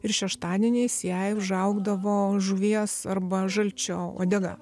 ir šeštadieniais jai užaugdavo žuvies arba žalčio uodega